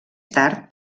tard